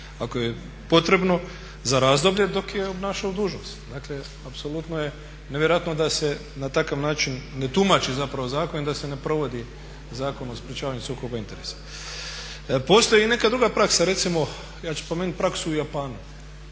ako je potrebno za razdoblje dok je obnašao dužnost. Dakle, apsolutno je nevjerojatno da se na takav način ne tumači zapravo zakon i da se ne provodi Zakon o sprječavanju sukoba interesa. Postoji i neka druga praksa, recimo ja ću spomenuti praksu u Japanu